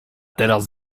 teraz